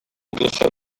óglacha